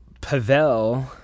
Pavel